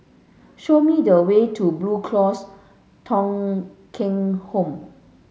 show me the way to Blue Cross Thong Kheng Home